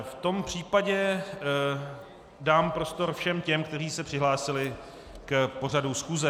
V tom případě dám prostor všem těm, kteří se přihlásili k pořadu schůze.